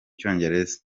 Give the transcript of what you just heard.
cyongereza